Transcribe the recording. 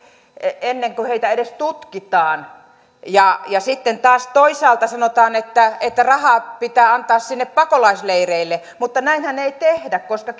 ennen kuin heitä edes tutkitaan ja ja sitten taas toisaalta sanotaan että että rahaa pitää antaa sinne pakolaisleireille mutta näinhän ei tehdä koska